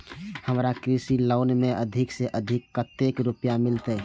हमरा कृषि लोन में अधिक से अधिक कतेक रुपया मिलते?